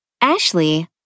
Ashley